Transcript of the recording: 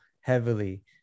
heavily